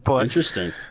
Interesting